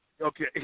Okay